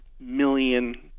million